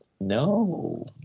no